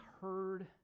heard